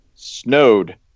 Snowed